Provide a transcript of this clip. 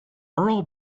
earl